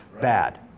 Bad